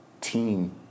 team